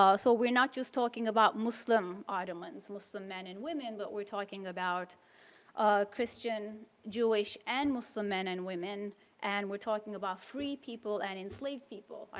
um so, we're not just talking about muslim ottomans, muslim men and women, but we're talking about christian, jewish and muslim men and women and we're talking about free people and enslaved people, right?